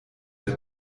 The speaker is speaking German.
der